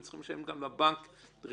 הם צריכים לשלם גם לבנק ריבית,